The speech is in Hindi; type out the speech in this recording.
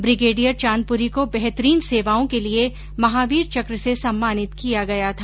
ब्रिगेडियर चांदपुरी को बेहतरीन सेवाओं के लिये महावीर चक्र से संम्मानित किया गया था